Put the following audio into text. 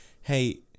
hey